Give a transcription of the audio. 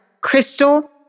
crystal